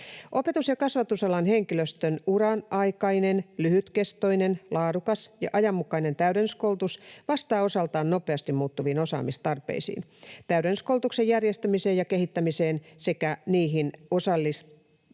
Opetus- ja kasvatusalan henkilöstön uran aikainen lyhytkestoinen, laadukas ja ajanmukainen täydennyskoulutus vastaa osaltaan nopeasti muuttuviin osaamistarpeisiin. Täydennyskoulutuksen järjestämiseen ja kehittämiseen sekä niihin osallistumiseen